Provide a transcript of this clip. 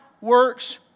works